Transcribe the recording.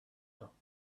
hookahs